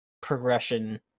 progression